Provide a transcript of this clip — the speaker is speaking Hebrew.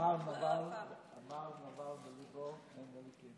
"אמר נבל בלבו אין אלוקים".